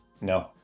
No